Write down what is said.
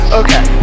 okay